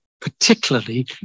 particularly